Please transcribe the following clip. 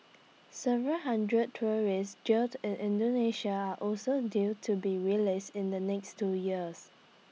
several hundred tourists jailed in Indonesia are also due to be released in the next two years